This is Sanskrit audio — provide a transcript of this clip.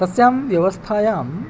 तस्यां व्यवस्थायां